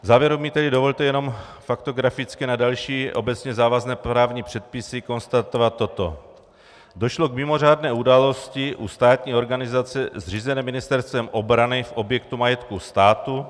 V závěru mi tedy dovolte jenom faktograficky s ohledem na další obecně závazné právní předpisy konstatovat toto: Došlo k mimořádné události u státní organizace zřízené Ministerstvem obrany v objektu v majetku státu.